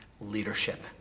leadership